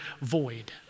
void